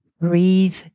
Breathe